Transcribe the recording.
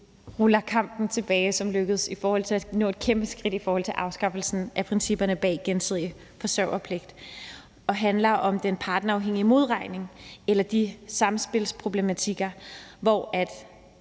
ruller den kamp, som lykkedes i forhold til at nå et kæmpe skridt mod afskaffelsen af principperne bag gensidig forsørgerpligt, tilbage. Den handler om den partnerafhængige modregning eller de samspilsproblematikker, der –